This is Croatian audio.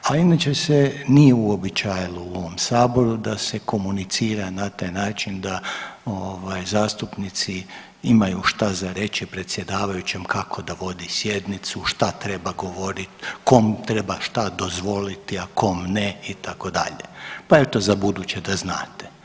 A inače se nije uobičajilo u ovom saboru da se komunicira na taj način da ovaj zastupnici imaju šta za reći predsjedavajućem kako da vodi sjednicu, šta treba govorit, komu treba šta dozvoliti, a kom ne itd., pa eto za buduće da znate.